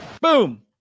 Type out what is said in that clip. boom